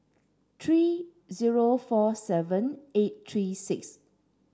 three zero four seven eight three six